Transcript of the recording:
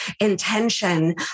intention